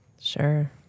Sure